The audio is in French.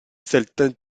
certains